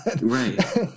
Right